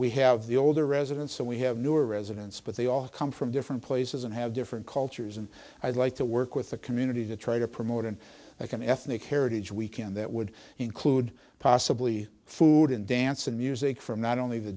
we have the older residents so we have newer residents but they all come from different places and have different cultures and i like to work with the community to try to promote and like an ethnic heritage week and that would include possibly food and dance and music from not only the